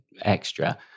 extra